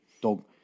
Dog